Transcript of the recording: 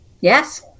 Yes